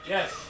Yes